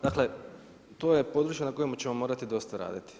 Dakle, to je područje na kojem ćemo morati dosta radit.